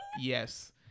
yes